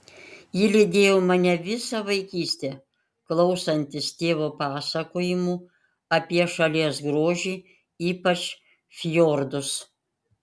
ji lydėjo mane visą vaikystę klausantis tėvo pasakojimų apie šalies grožį ypač fjordus